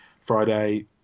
Friday